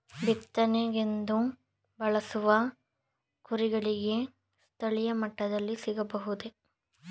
ಬಿತ್ತನೆಗೆಂದು ಬಳಸುವ ಕೂರಿಗೆಗಳು ಸ್ಥಳೀಯ ಮಟ್ಟದಲ್ಲಿ ಸಿಗಬಹುದೇ?